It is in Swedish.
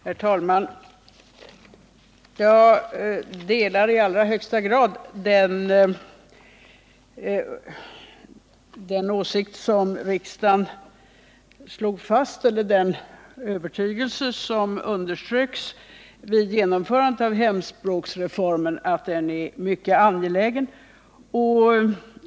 Herr talman! Jag delar i högsta grad den övertygelse som underströks av riksdagen vid genomförandet av hemspråksreformen, nämligen att den är mycket angelägen.